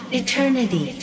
eternity